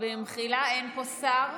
אין שר.